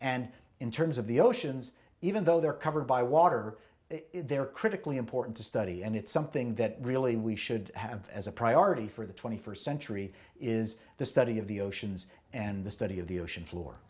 and in terms of the oceans even though they're covered by water they're critically important to study and it's something that really we should have as a priority for the twenty first century is the study of the oceans and the study of the ocean floor